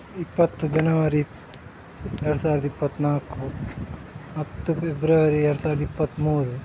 ಇಪ್ಪತ್ತು ಜನವರಿ ಎರಡು ಸಾವಿರದ ಇಪ್ಪತ್ತನಾಲ್ಕು ಹತ್ತು ಫೆಬ್ರವರಿ ಎರಡು ಸಾವಿರದ ಇಪ್ಪತ್ಮೂರು